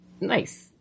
Nice